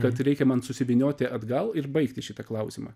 kad reikia man susivynioti atgal ir baigti šitą klausimą